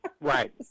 Right